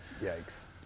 yikes